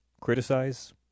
criticize